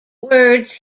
words